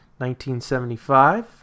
1975